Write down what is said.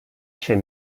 ser